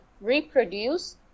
reproduce